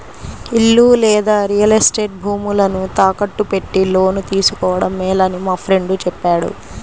ఇల్లు లేదా real estate భూములను తాకట్టు పెట్టి లోను తీసుకోడం మేలని మా ఫ్రెండు చెప్పాడు